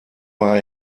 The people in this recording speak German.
war